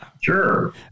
sure